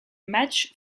match